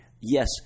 yes